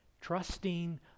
trusting